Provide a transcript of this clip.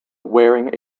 wearing